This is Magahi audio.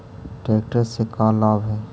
ट्रेक्टर से का लाभ है?